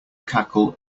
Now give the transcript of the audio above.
cackle